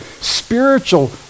spiritual